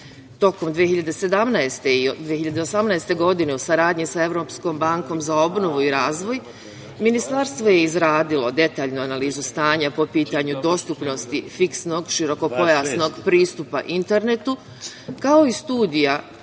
mreži. Tokom 2017. i 2018. godine, u saradnji sa Evropskom bankom za obnovu i razvoj, Ministarstvo je izradilo detaljnu analizu stanja po pitanju dostupnosti fiksnog širokopojasnog pristupa internetu, kao i studiju